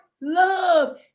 love